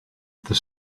the